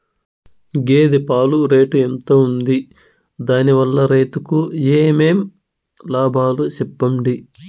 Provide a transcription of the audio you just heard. గేదె పాలు రేటు ఎంత వుంది? దాని వల్ల రైతుకు ఏమేం లాభాలు సెప్పండి?